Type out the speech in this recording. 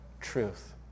truth